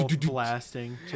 Blasting